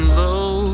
low